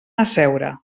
asseure